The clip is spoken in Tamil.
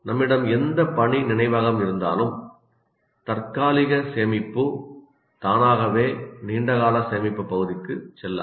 நம்மிடம் எந்த பணி நினைவகம் இருந்தாலும் தற்காலிக சேமிப்பு தானாகவே நீண்ட கால சேமிப்பு பகுதிக்கு செல்லாது